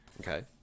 Okay